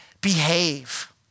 behave